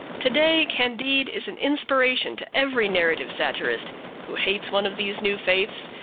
to-day candide is an inspiration to every narrative satirist who hates one of these new faiths,